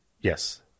Yes